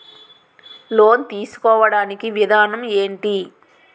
Loan తీసుకోడానికి విధానం ఏంటి?